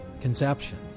conception